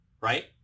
right